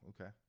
Okay